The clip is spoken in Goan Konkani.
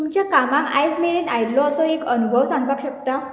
तुमच्या कामातं आयज मेरेन आयिल्लो असो एक अनुभव सांगपाक शकता